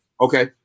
Okay